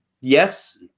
Yes